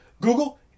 Google